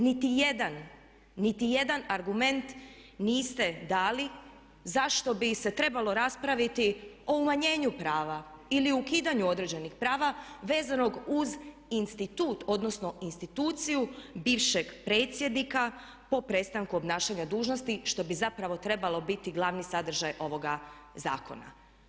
Niti jedan, niti jedan argument niste dali zašto bi se trebalo raspraviti o umanjenju prava ili ukidanju određenih prava vezanog uz institut odnosno instituciju bivšeg predsjednika po prestanku obnašanja dužnosti što bi zapravo trebalo biti glavni sadržaj ovoga zakona.